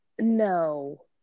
no